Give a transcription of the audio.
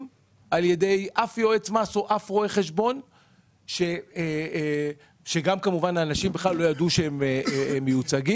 על ידי יועץ מס או רואה חשבון ואנשים כמובן בכלל לא ידעו שהם מיוצגים.